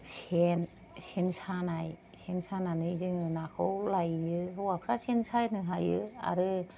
सेन सेन सानाय सेन सानानै जोङो नाखौ लायो हौवाफ्रा सेन सानो हायो आरो